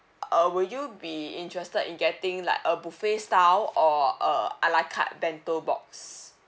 uh will you be interested in getting like a buffet style or a a la carte bento box